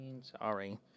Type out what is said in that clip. Sorry